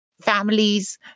Families